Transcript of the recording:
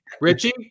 Richie